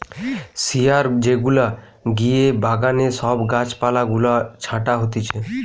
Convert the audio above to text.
শিয়ার যেগুলা দিয়ে বাগানে সব গাছ পালা গুলা ছাটা হতিছে